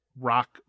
Rock